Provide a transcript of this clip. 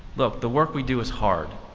the the work we do is hard.